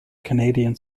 canadian